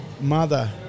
mother